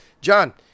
john